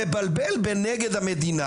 מבלבל בנגד המדינה,